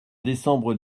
décembre